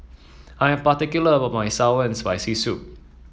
I am particular about my sour and Spicy Soup